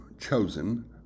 chosen